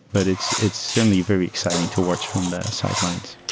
but it's it's certainly very exciting to watch from the sidelines.